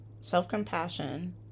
self-compassion